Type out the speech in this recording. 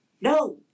no